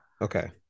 okay